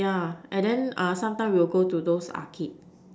yeah and then sometimes we will go to those arcade